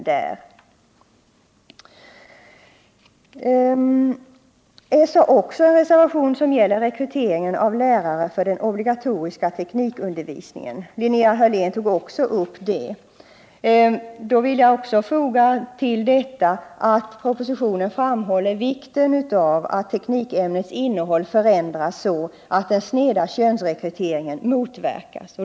Socialdemokraterna har också en reservation, som gäller rekrytering av lärare för den obligatoriska tekniska undervisningen. Linnea Hörlén tog upp också detta. Propositionen framhåller vikten av att teknikämnets innehåll förändras så att den nu sneda könsrekryteringen motverkas.